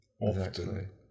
Often